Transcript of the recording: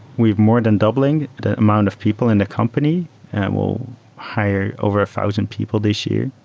we've more than doubling the amount of people in the company and we'll hire over a thousand people this year.